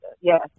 Yes